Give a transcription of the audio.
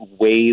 ways